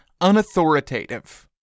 unauthoritative